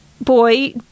boy